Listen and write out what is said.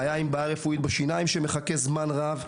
חייל עם בעיה רפואית בשיניים שמחכה זמן רב,